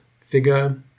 figure